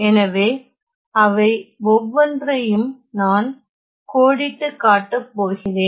எனவே அவை ஒவ்வொன்றையும் நான் கோடிட்டுக் காட்டப் போகிறேன்